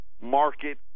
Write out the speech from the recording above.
market